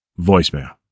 voicemail